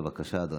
בבקשה, אדוני.